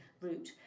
route